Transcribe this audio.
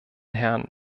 herrn